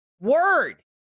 word